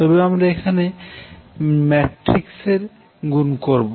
তবে আমরা এখানে ম্যাট্রিক্সের গুণ করবো